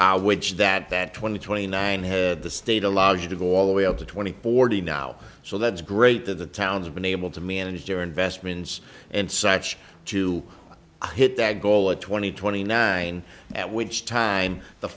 towards which that that twenty twenty nine had the state allows you to go all the way up to twenty forty now so that's great that the town's been able to manage their investments and such to hit that goal at twenty twenty nine at which time the